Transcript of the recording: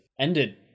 ended